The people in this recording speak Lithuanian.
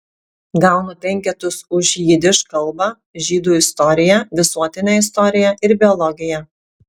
gaunu penketus už jidiš kalbą žydų istoriją visuotinę istoriją ir biologiją